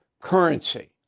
currency